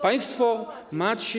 Państwo macie.